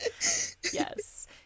yes